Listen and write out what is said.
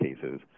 cases